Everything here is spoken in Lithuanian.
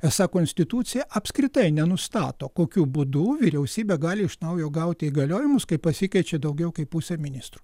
esą konstitucija apskritai nenustato kokiu būdu vyriausybė gali iš naujo gauti įgaliojimus kai pasikeičia daugiau kaip pusė ministrų